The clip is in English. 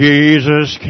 Jesus